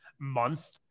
month